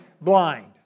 blind